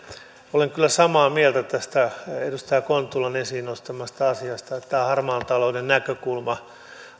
olen kyllä samaa mieltä tästä edustaja kontulan esiin nostamasta asiasta että tämä harmaan talouden näkökulma